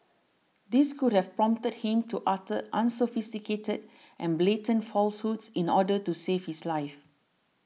this could have prompted him to utter unsophisticated and blatant falsehoods in order to save his life